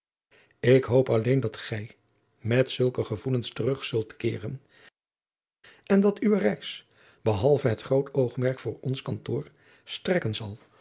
ik hoop alleen dat gij met zulke gevoelens terug zult keeren en dat uwe reis behalve het groot oogmerk voor ons kantoor strekken zal